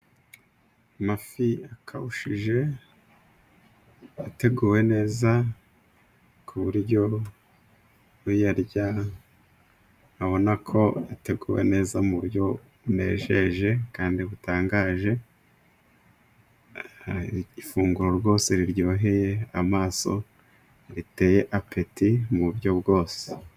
Amafi akawushije ateguwe neza ,ku buryo uyarya abona ko ateguwe neza mu buryo bunejeje kandi butangaje, ifunguro rwose riryoheye amaso riteye apeti mu buryo bwose.